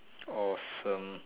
awesome